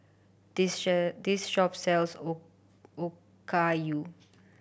this this shop sells Okayu